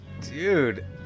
Dude